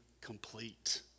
complete